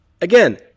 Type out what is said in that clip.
Again